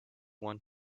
want